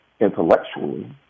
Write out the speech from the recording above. intellectually